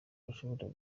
ushobora